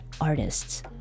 artists